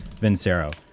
Vincero